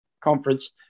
Conference